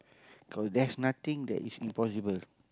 cause there's nothing that is impossible